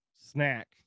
snack